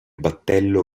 battello